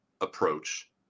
approach